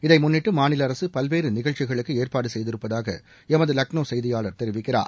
இதை முன்னிட்டு மாநில அரசு பல்வேறு நிகழ்ச்சிகளுக்கு ஏற்பாடு செய்திருப்பதாக எமது லக்னோ செய்தியாளர் தெரிவிக்கிறார்